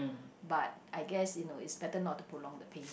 but I guess you know it's better not to prolong the pain